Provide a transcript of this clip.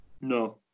No